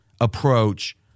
approach